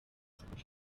contract